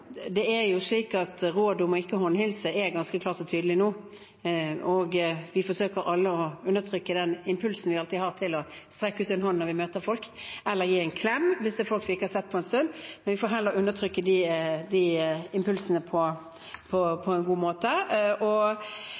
tydelig nå, og vi forsøker alle å undertrykke den impulsen vi alltid har til å strekke ut en hånd når vi møter folk, eller gi en klem hvis det er folk vi ikke har sett på en stund, men vi får heller undertrykke de impulsene på en god måte. Jeg er selvfølgelig forberedt på at vi også skal ha kritiske spørsmål. Jeg mener at vi har litt tid til å vurdere hvor store utfordringene er for kommunene, og